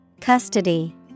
Custody